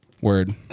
Word